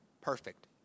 perfect